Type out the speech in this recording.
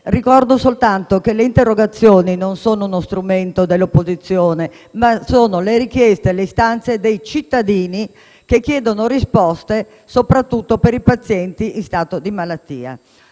Ricordo soltanto che le interrogazioni non sono uno strumento dell'opposizione, ma espressione di istanze dei cittadini che chiedono risposte soprattutto per i pazienti. Detto questo,